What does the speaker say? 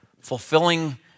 fulfilling